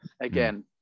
again